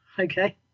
Okay